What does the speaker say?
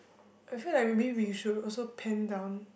I feel like maybe we should also pen down